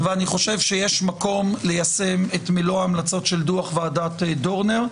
אני חושב שיש מקום ליישם את מלוא ההמלצות של דוח ועדת דורנר.